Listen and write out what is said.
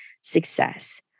success